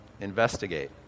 investigate